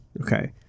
Okay